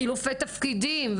חילופי תפקידים,